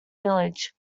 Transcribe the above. village